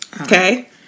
Okay